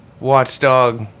Watchdog